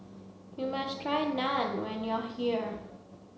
you must try Naan when you are here